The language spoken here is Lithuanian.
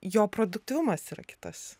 jo produktyvumas yra kitas